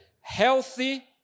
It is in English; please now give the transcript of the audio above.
Healthy